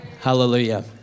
Hallelujah